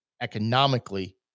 economically